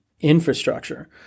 infrastructure